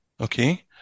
Okay